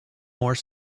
more